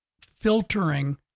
filtering